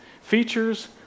Features